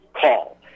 call